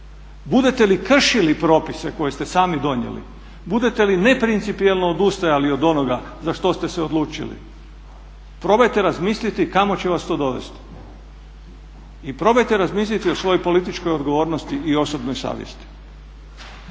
Budete li kršili propise koje ste sami donijeli, budete li neprincipijelno odustajali od onoga za što ste se odlučili, probajte razmisliti kamo će vas to dovesti i probajte razmisliti o svojoj političkoj odgovornosti i osobnoj savjesti.